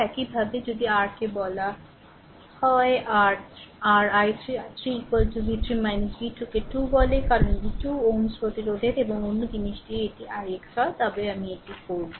একইভাবে যদি r কে বলে যে r i3 i3 v3 v2 কে 2 বলে কারণ এটি 2 Ω প্রতিরোধের এবং অন্য জিনিসটি এটি ix হয় তবে আমি এটি করব